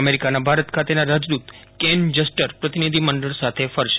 અમેરિકાના ભારત ખાતેના રાજદ્રત કેન જસ્ટર પ્રતિભિધિ મંડળ સાથે ફરશે